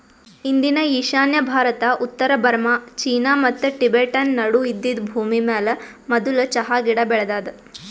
ಇಂದಿನ ಈಶಾನ್ಯ ಭಾರತ, ಉತ್ತರ ಬರ್ಮಾ, ಚೀನಾ ಮತ್ತ ಟಿಬೆಟನ್ ನಡು ಇದ್ದಿದ್ ಭೂಮಿಮ್ಯಾಲ ಮದುಲ್ ಚಹಾ ಗಿಡ ಬೆಳದಾದ